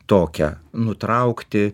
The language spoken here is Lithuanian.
tokią nutraukti